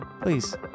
Please